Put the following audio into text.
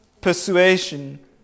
Persuasion